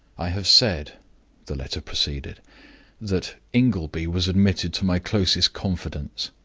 i have said the letter proceeded that ingleby was admitted to my closest confidence.